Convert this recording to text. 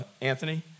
Anthony